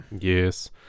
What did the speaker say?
yes